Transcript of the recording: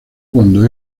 cuando